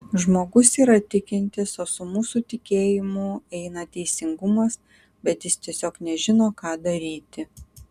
žmogus yra tikintis o su mūsų tikėjimu eina teisingumas bet jis tiesiog nežino ką daryti